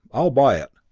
i'll buy it.